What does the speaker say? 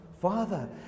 father